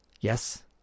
Yes